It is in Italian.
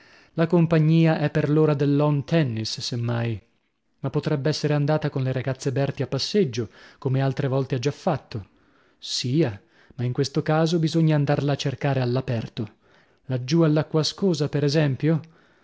la compagnia è per l'ora del lawn tennis se mai ma potrebb'essere andata con le ragazze berti a passeggio come altre volte ha già fatto sia ma in questo caso bisogna andarla a cercare all'aperto laggiù all'acqua ascosa per esempio